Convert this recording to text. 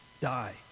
die